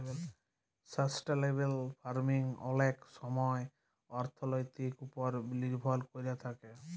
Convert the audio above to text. sustainable farming অলেক ছময় অথ্থলিতির উপর লির্ভর ক্যইরে থ্যাকে